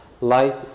Life